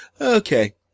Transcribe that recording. okay